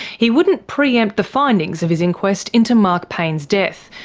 he wouldn't pre-empt the findings of his inquest into mark payne's death,